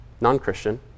Non-Christian